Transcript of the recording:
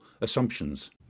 assumptions